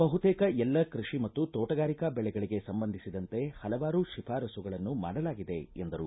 ಬಹುತೇಕ ಎಲ್ಲ ಕೃಷಿ ಮತ್ತು ತೋಟಗಾರಿಕಾ ಬೆಳೆಗಳಿಗೆ ಸಂಬಂಧಿಸಿದಂತೆ ಹಲವಾರು ಶಿಫಾರಸುಗಳನ್ನು ಮಾಡಲಾಗಿದೆ ಎಂದರು